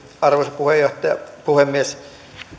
arvoisa puhemies